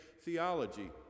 Theology